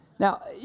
Now